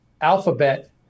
Alphabet